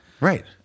right